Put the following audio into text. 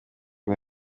rwo